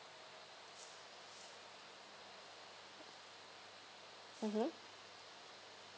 mmhmm